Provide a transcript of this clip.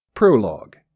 Prologue